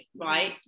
right